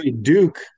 Duke